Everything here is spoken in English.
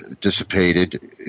dissipated